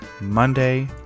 Monday